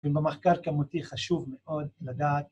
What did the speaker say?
במחקר כמותי חשוב מאוד לדעת